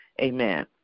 Amen